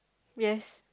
yes